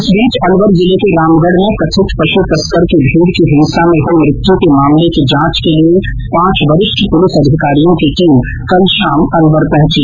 इस बीच अलवर जिले के रामगढ़ में कथित पश् तस्कर की भीड़ की हिंसा में हुई मृत्यू के मामले की जांच के लिए पांच वरिष्ठ पुलिस अधिकारियों की टीम कल शाम अलवर पहुंची